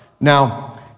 Now